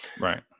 right